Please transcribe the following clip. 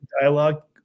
dialogue